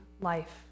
life